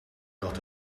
not